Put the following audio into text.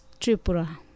Tripura